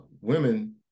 women